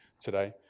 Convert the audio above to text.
today